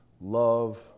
love